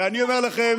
ואני אומר לכם,